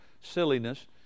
silliness